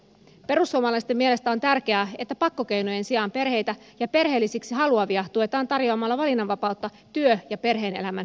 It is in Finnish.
perussuomalaisten mielestä on tärkeää että pakkokeinojen sijaan perheitä ja perheellisiksi haluavia tuetaan tarjoamalla valinnanvapautta työ ja perhe elämän yhteensovittamiseksi